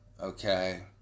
okay